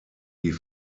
die